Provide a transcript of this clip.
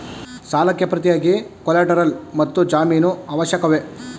ಸಾಲಕ್ಕೆ ಪ್ರತಿಯಾಗಿ ಕೊಲ್ಯಾಟರಲ್ ಮತ್ತು ಜಾಮೀನು ಅತ್ಯವಶ್ಯಕವೇ?